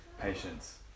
patience